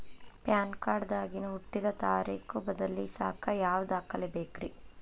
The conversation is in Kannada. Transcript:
ಪ್ಯಾನ್ ಕಾರ್ಡ್ ದಾಗಿನ ಹುಟ್ಟಿದ ತಾರೇಖು ಬದಲಿಸಾಕ್ ಯಾವ ದಾಖಲೆ ಬೇಕ್ರಿ?